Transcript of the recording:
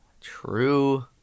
True